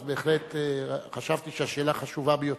אז בהחלט חשבתי שהשאלה חשובה ביותר.